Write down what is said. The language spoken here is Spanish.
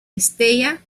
estella